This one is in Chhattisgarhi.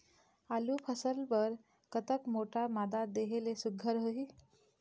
आलू फसल बर कतक मोटा मादा देहे ले सुघ्घर होही?